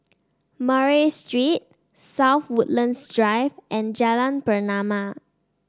Murray Street South Woodlands Drive and Jalan Pernama